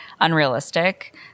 unrealistic